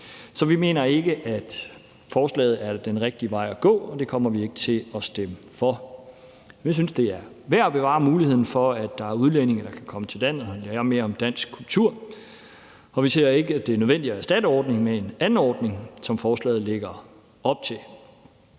Så vi mener ikke, at det er den rigtige vej at gå, og vi kommer ikke til at stemme for forslaget. Vi synes, at det er værd at bevare muligheden for, at udlændinge kan komme til landet og lære mere om dansk kultur, og vi ser ikke, at det er nødvendigt at erstatte ordningen med en anden ordning, som forslaget lægger op til.